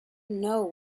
know